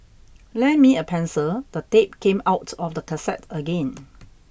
lend me a pencil the tape came out of the cassette again